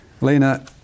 Lena